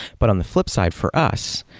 but on the flipside, for us,